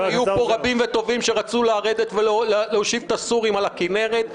היו פה רבים וטובים שרצו לרדת ולהושיב את הסורים על הכנרת.